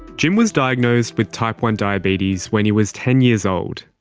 jim was diagnosed with type one diabetes when he was ten years old.